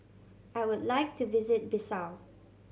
I would like to visit Bissau